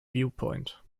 viewpoint